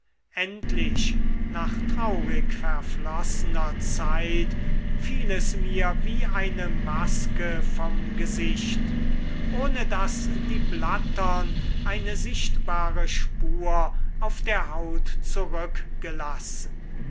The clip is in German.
endlich nach traurig verflossener zeit fiel es mir wie eine maske vom gesicht ohne daß die blattern eine sichtbare spur auf der haut zurückgelassen